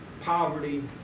poverty